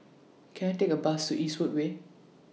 Can I Take A Bus to Eastwood Way